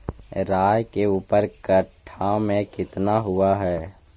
राई के ऊपर कट्ठा में कितना हुआ है?